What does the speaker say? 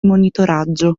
monitoraggio